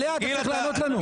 עליה אתה צריך לענות לנו.